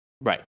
Right